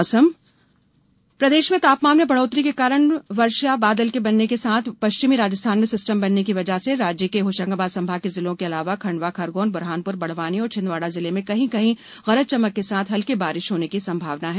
मौसम प्रदेश में तापमान में बढ़ोत्तरी के कारण वर्षी बादल के बनने के साथ पश्चिमी राजस्थान में सिस्टम बनने की वजह से राज्य के होशंगाबाद संभाग के जिलों के अलावा खंडवा खरगौन बुरहानपुर बड़वानी और छिंदवाड़ा जिले में कहीं कहीं गरज चमक के साथ हल्की बारिश होने की संभावना है